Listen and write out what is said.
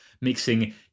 Mixing